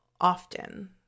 often